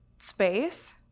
space